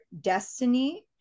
destiny